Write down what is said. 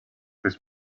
this